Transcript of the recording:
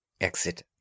Exit